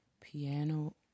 piano